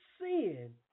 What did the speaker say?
sin